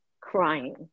crying